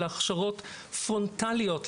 אלא הכשרות פרונטליות,